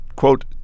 quote